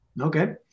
Okay